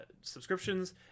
subscriptions